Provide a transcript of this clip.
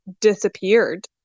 disappeared